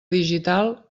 digital